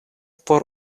por